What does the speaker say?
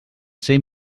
ser